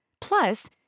Plus